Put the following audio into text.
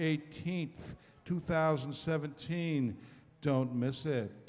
eighteenth two thousand and seventeen don't miss it